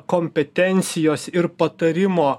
kompetencijos ir patarimo